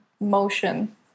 motion